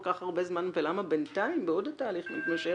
כך הרבה זמן ולמה בינתיים בעוד התהליך מתמשך,